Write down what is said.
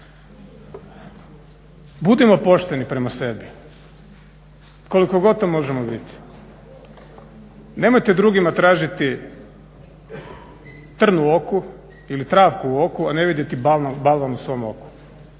budimo pošteni prema sebi koliko god to možemo biti. Nemojte drugima tražiti trn u oku ili travku u oku a ne vidjeti balu na svom oku,